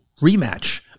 rematch